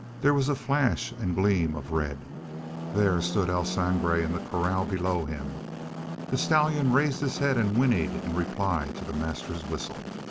there was flash and gleam of red there stood el sangre in the corral below him the stallion raised his head and whinnied in reply to the master's whistle.